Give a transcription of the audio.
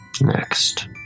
Next